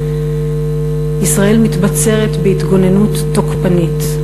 ישראל מתבצרת בהתגוננות תוקפנית.